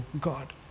God